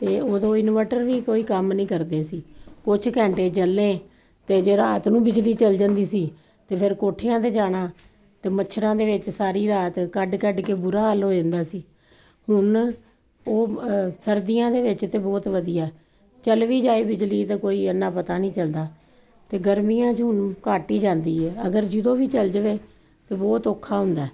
ਤੇ ਉਦੋਂ ਇਨਵਾਟਰ ਵੀ ਕੋਈ ਕੰਮ ਨਹੀਂ ਕਰਦੇ ਸੀ ਕੁਝ ਘੰਟੇ ਚੱਲੇ ਤੇ ਜੇ ਰਾਤ ਨੂੰ ਬਿਜਲੀ ਚਲ ਜਾਂਦੀ ਸੀ ਤੇ ਫਿਰ ਕੋਠਿਆਂ ਤੇ ਜਾਣਾ ਤੇ ਮੱਛਰਾਂ ਦੇ ਵਿੱਚ ਸਾਰੀ ਰਾਤ ਕੱਢ ਕੱਢ ਕੇ ਬੁਰਾ ਹਾਲ ਹੋ ਜਾਂਦਾ ਸੀ ਹੁਣ ਉਹ ਸਰਦੀਆਂ ਦੇ ਵਿੱਚ ਤੇ ਬਹੁਤ ਵਧੀਆ ਚਲ ਵੀ ਜਾਏ ਬਿਜਲੀ ਦਾ ਕੋਈ ਇਨਾ ਪਤਾ ਨਹੀਂ ਚਲਦਾ ਤੇ ਗਰਮੀਆਂ ਚ ਹੁਣ ਕੱਟ ਹੀ ਜਾਂਦੀ ਹ ਅਗਰ ਜਦੋਂ ਵੀ ਚਲ ਜਾਵੇ ਤੇ ਬਹੁਤ ਔਖਾ ਹੁੰਦਾ